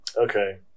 Okay